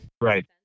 Right